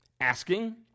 asking